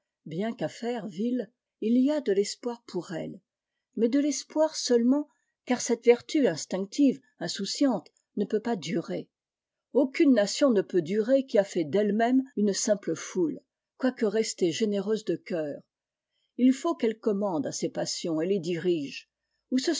il y a de l'espoir pour elle mais de l'espoir seulement car cette vertu instinctive insouciante ne peut pas durer aucune nation ne peut durer qui a fait d'elle-même une simple foule quoique restée généreuse de cœur il faut qu'elle commande à ses passions et les dirige ou